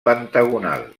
pentagonal